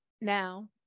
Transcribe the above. now